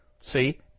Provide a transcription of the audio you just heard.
See